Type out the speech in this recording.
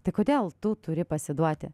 tai kodėl tu turi pasiduoti